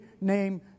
name